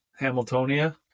Hamiltonia